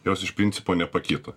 jos iš principo nepakito